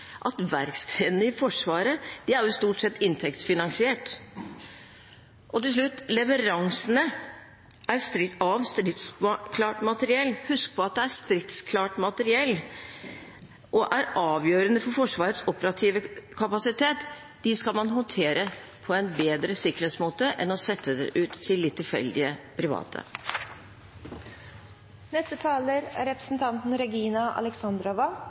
at verkstedene i Forsvaret stort sett er inntektsfinansiert. Og til slutt: Leveransene av stridsklart materiell – husk på at det er stridsklart materiell – er avgjørende for Forsvarets operative kapasitet. Det skal man håndtere på en bedre sikkerhetsmessig måte enn å sette det ut til litt tilfeldige private. Vi er alle opptatt av en viss sikkerhet for å føle oss trygge. Det er